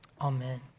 amen